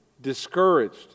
discouraged